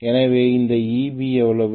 எனவே இந்த Eb எவ்வளவு